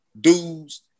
dudes